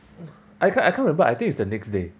I can't I can't remember I think it's the next day